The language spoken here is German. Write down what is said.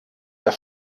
der